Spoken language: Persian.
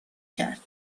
کرد